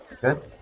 Good